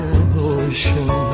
emotion